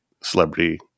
celebrity